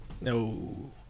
No